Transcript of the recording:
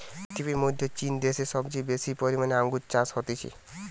পৃথিবীর মধ্যে চীন দ্যাশে সবচেয়ে বেশি পরিমানে আঙ্গুর চাষ হতিছে